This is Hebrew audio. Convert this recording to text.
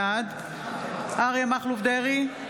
בעד אריה מכלוף דרעי,